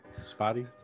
Spotty